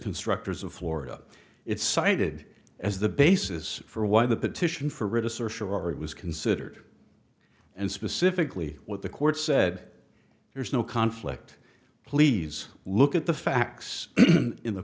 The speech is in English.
constructors of florida it's cited as the basis for why the petition for writ assertion or it was considered and specifically what the court said there's no conflict please look at the facts in the